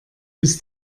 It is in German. ist